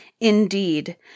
Indeed